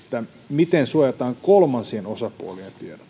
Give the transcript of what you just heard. miten suojataan kolmansien osapuolien tiedot